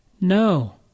No